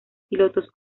pilotos